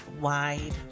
wide